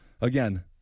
Again